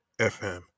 FM